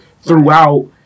throughout